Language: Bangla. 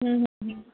হুম হুম